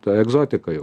ta egzotika jau